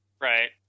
Right